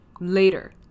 later